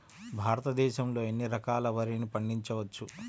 భారతదేశంలో ఎన్ని రకాల వరిని పండించవచ్చు